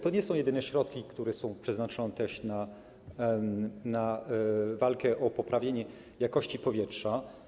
To nie są jedyne środki, które są przeznaczone na walkę o poprawienie jakości powietrza.